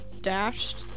dashed